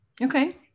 Okay